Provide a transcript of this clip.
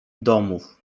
domów